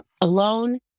alone